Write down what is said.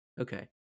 Okay